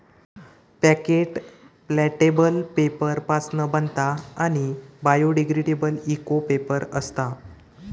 packet plateable paper पासना बनता आणि बायोडिग्रेडेबल इको पेपर असता